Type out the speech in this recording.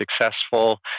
successful